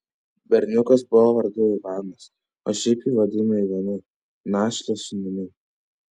berniukas buvo vardu ivanas o šiaip jį vadino ivanu našlės sūnumi